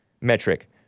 metric